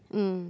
mm